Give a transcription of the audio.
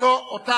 זה הכול.